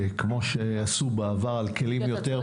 כמו שעשו בעבר על כלים יותר פשוטים.